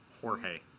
Jorge